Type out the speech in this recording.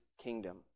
kingdom